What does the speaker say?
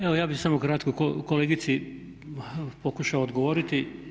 Evo ja bih samo kratko kolegici pokušao odgovoriti.